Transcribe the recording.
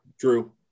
true